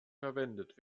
verwendet